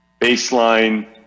baseline